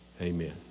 Amen